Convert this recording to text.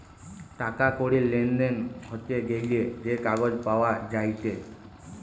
টাকা কড়ির লেনদেন হতে গ্যালে যে কাগজ পাওয়া যায়েটে